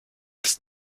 des